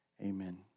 Amen